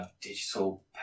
digital